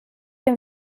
dem